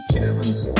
Kevin's